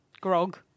grog